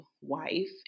wife